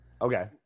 Okay